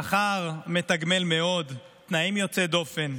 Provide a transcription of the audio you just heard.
שכר מתגמל מאוד, תנאים יוצאי דופן,